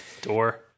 Door